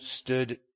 stood